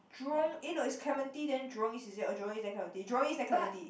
Jurong eh no is Clementi then Jurong-East is it or Jurong-East then Clementi Jurong-East then Clementi